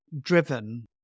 driven